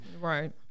Right